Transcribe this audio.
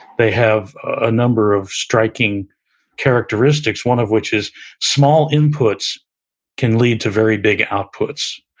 they have a number of striking characteristics, one of which is small inputs can lead to very big outputs.